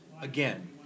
Again